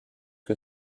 que